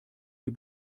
die